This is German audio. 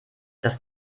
das